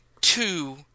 two